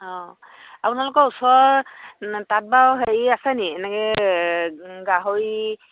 অঁ আপোনালোকৰ ওচৰত তাত বাৰু হেৰি আছে নেকি এনেকৈ গাহৰি